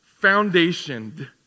foundationed